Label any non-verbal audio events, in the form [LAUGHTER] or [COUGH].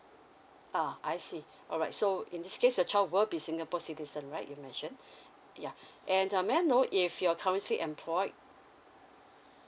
ah I see [BREATH] alright so in this case your child will be singapore citizen right you mentioned [BREATH] ya [BREATH] and uh may I know if you're currently employed